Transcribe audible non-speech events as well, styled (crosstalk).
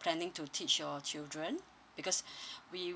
planning to teach your children because (breath) we